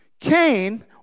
Cain